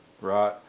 right